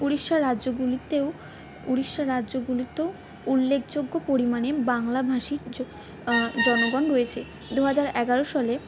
উড়িষ্যা রাজ্যগুলিতেও উড়িষ্যা রাজ্যগুলিতেও উল্লেখযোগ্য পরিমাণে বাংলাভাষী জনগন রয়েছে দুহাজার এগারো সালে